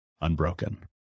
unbroken